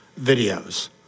videos